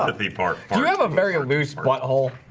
ah the part we have a very loose butthole